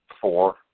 four